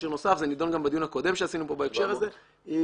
עיר נוסף זה נדון גם בדיון הקודם שעשינו כאן בהקשר הזה- הוא